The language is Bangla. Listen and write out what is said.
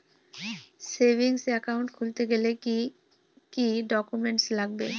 সেভিংস একাউন্ট খুলতে গেলে কি কি ডকুমেন্টস লাগবে?